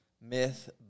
Myth